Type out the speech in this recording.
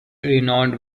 renowned